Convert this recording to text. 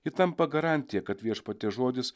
ji tampa garantija kad viešpaties žodis